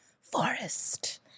forest